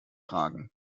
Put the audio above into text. fragen